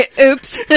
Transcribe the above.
Oops